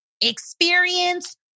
experience